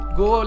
go